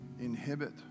inhibit